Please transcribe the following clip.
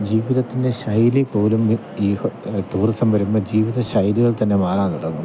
ജീവിതത്തിൻ്റെ ശൈലിപോലും ഈ ടൂറിസം വരുമ്പോൾ ജീവിതശൈലികൾ തന്നെ മാറാൻ തുടങ്ങും